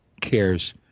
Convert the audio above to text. cares